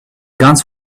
guns